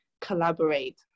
collaborate